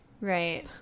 Right